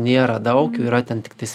nėra daug jų yra ten tiktais